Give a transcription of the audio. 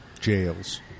jails